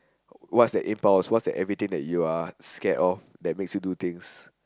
what's the impulse what's the everything that you are scared of that makes you do things